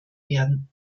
werden